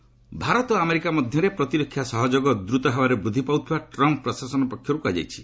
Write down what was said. you S India Bharat ଓ America ମଧ୍ୟରେ ପ୍ରତିରକ୍ଷା ସହଯୋଗ ଦ୍ରୁତ ଭାବରେ ବୃଦ୍ଧି ପାଉଥିବା ଟ୍ରମ୍ପ୍ ପ୍ରଶାସନ ପକ୍ଷରୁ କୁହାଯାଇଛି